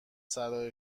صلاح